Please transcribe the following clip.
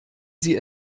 sie